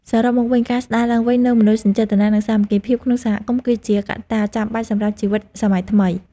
សរុបមកវិញ ការស្ដារឡើងវិញនូវមនោសញ្ចេតនា និងសាមគ្គីភាពក្នុងសហគមន៍ គឺជាកត្តាចាំបាច់សម្រាប់ជីវិតសម័យថ្មី។